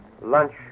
lunch